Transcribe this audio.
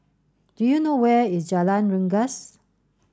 do you know where is Jalan Rengas